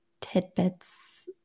tidbits